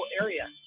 area